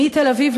מתל-אביב